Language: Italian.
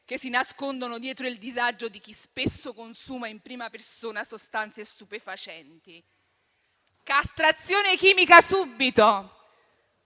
che si nascondono dietro il disagio di chi spesso consuma in prima persona sostanze stupefacenti. Castrazione chimica subito: